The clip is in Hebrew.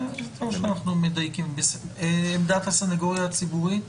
מהי עמדת הסנגוריה הציבורית?